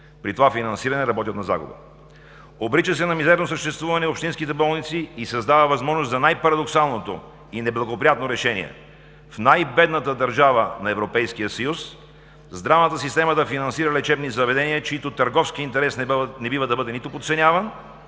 при това финансиране работят на загуба, обрича на мизерно съществуване общинските болници и създава възможност за най-парадоксалното и неблагоприятно решение – в най-бедната държава на Европейския съюз здравната система да финансира лечебни заведения, чиито търговски интерес не бива да бъде нито подценяван,